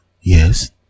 Yes